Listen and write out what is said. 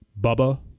Bubba